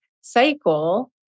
cycle